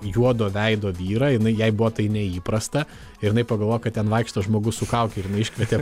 juodo veido vyrą jinai jai buvo tai neįprasta ir jinai pagalvojo kad ten vaikšto žmogus su kauke ir jinai iškvietė